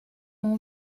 mon